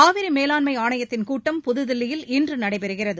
காவரி மேலாண்மை ஆணையத்தின் கூட்டம் புதுதில்லியில் இன்று நடைபெறுகிறது